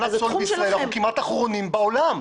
פסולת בישראל אנחנו כמעט אחרונים בעולם,.